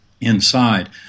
inside